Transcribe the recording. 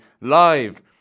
live